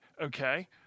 okay